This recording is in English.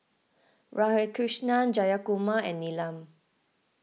Radhakrishnan Jayakumar and Neelam